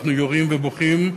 אנחנו יורים ובוכים.